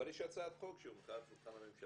אבל יש הצעת חוק שהונחה על שולחן הממשלה.